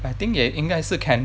I think 也应该是 can~